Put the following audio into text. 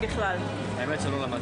קודם כל הוא אמור לתאם זאת מולך?